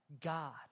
God